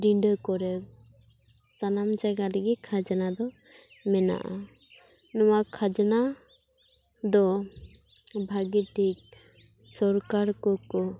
ᱰᱤᱰᱟᱹ ᱠᱚᱨᱮ ᱥᱟᱱᱟᱢ ᱡᱟᱜᱟ ᱨᱮᱜᱮ ᱠᱷᱟᱡᱽᱱᱟ ᱫᱚ ᱢᱮᱱᱟᱜᱼᱟ ᱱᱚᱣᱟ ᱠᱷᱟᱡᱽᱱᱟ ᱫᱚ ᱵᱷᱟᱹᱜᱤ ᱴᱷᱤᱠ ᱥᱚᱨᱠᱟᱨ ᱠᱚ ᱠᱚ